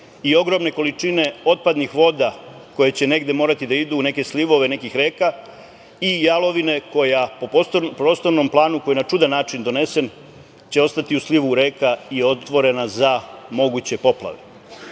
i ogromne količine otpadnih voda koje će negde morati da idu, u neke slivove nekih reka i jalovine koja po prostornom planu koji je na čudan način donesen će ostati u slivu reka i otvorena za moguće poplave. Dakle,